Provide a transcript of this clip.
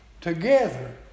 together